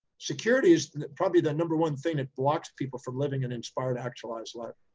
security is probably the number one thing that blocks people from living an inspired, actualized life.